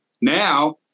now